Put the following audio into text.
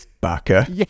Baka